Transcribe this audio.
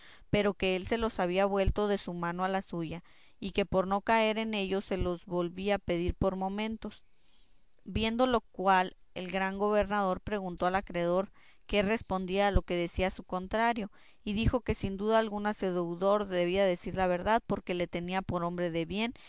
pero que él se los había vuelto de su mano a la suya y que por no caer en ello se los volvía a pedir por momentos viendo lo cual el gran gobernador preguntó al acreedor qué respondía a lo que decía su contrario y dijo que sin duda alguna su deudor debía de decir verdad porque le tenía por hombre de bien